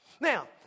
Now